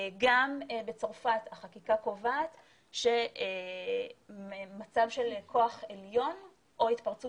גם בצרפת החקיקה קובעת שמצב של כוח עליון או התפרצות